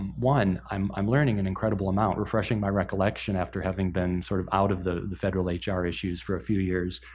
one, i'm i'm learning an incredible amount, refreshing my recollection after having been sort of out of the federal ah hr issues for a few years.